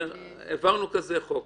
העברנו כזה חוק,